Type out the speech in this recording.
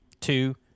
two